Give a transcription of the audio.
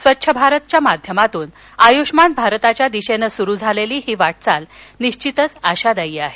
स्वच्छ भारतच्या माध्यमातून आयुष्मान भारताच्या दिशेनं सुरु झालेली ही वाटचाल निश्चितच आशादायी आहे